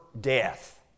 death